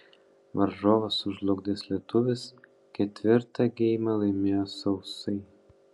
varžovą sužlugdęs lietuvis ketvirtą geimą laimėjo sausai